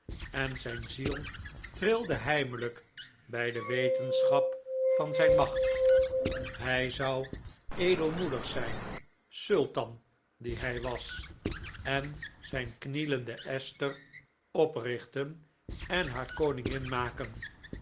en zijn ziel trilde heimelijk bij de wetenschap van zijn macht hij zou edelmoedig zijn sultan die hij was en zijn knielende esther oprichten en haar koningin maken